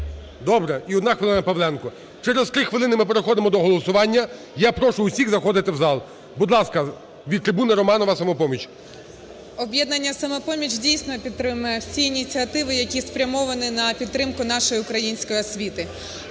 Добре, і одна хвилина – Павленко. Через 3 хвилини ми переходимо до голосування. Я прошу всіх заходити в зал. Будь ласка, від трибуни Романова, "Самопоміч". 17:41:30 РОМАНОВА А.А. "Об'єднання "Самопоміч", дійсно, підтримає всі ініціативи, які спрямовані на підтримку нашої української освіти.